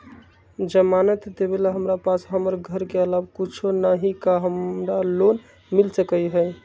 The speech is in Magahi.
जमानत देवेला हमरा पास हमर घर के अलावा कुछो न ही का हमरा लोन मिल सकई ह?